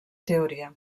teoria